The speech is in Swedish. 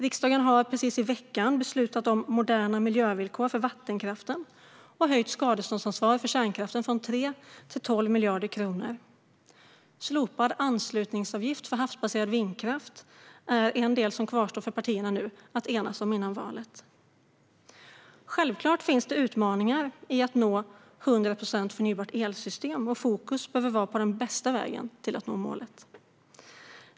Vidare har riksdagen i veckan beslutat om moderna miljövillkor för vattenkraften och höjt skadeståndsansvaret för kärnkraften från 3 miljarder till 12 miljarder kronor. Kvar för partierna att enas om före valet är slopad anslutningsavgift för havsbaserad vindkraft. Självklart finns det utmaningar i att nå ett 100 procent förnybart elsystem, och fokus behöver vara på den bästa vägen att nå målet.